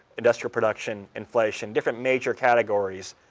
industrial production, inflation, different major categories.